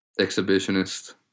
exhibitionist